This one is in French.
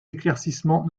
éclaircissements